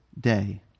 day